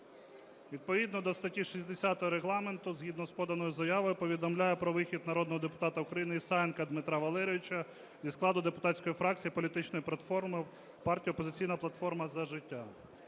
Відповідно до статті 60 Регламенту згідно з поданою заявою повідомляю про вихід народного депутата України Ісаєнка Дмитра Валерійовича зі складу депутатської фракції політичної платформи… партії "Опозиційна платформа - За життя".